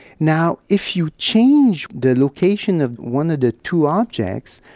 now, if you change the location of one of the two objects,